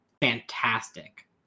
fantastic